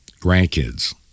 grandkids